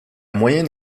moyenne